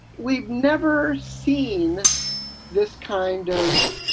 we've never seen this kind of.